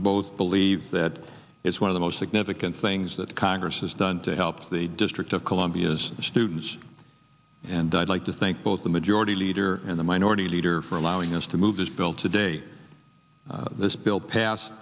both believe that is one of the most significant things that congress has done to help the district of columbia's students and i'd like to thank both the majority leader in the minority leader for allowing us to move this bill today this bill passed